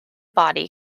body